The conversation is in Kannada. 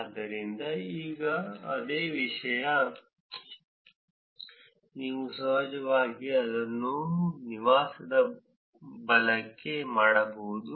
ಆದ್ದರಿಂದ ಈಗ ಅದೇ ವಿಷಯ ನೀವು ನಿಜವಾಗಿ ಅದನ್ನು ನಿವಾಸದ ಬಲಕ್ಕೆ ಮಾಡಬಹುದು